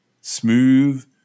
smooth